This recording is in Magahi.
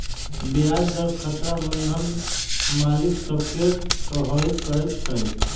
ब्याज दर खतरा बन्धन मालिक सभ के प्रभावित करइत हइ